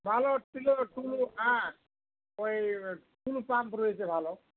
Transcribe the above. ভালো টিলো টুলু হ্যাঁ ওই টুলু পাম্প রয়েছে ভালো